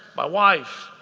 my wife,